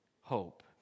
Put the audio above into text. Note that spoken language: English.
hope